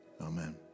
Amen